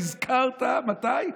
נזכרת, מתי?